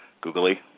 googly